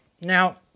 Now